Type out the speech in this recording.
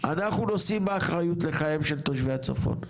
אנחנו נושאים באחריות של חייהם של תושבי הצפון,